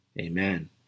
Amen